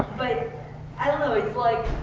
but i don't know. like